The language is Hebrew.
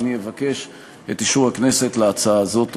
אבקש את אישור הכנסת להצעה הזאת.